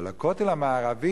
אבל לכותל המערבי?